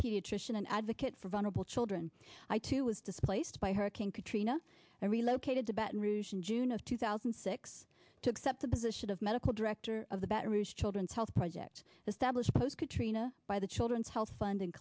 pediatrician an advocate for vulnerable children i too was displaced by hurricane katrina i relocated to baton rouge in june of two thousand and six to accept the position of medical director of the baton rouge children's health project established post katrina by the children's health fund in